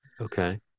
Okay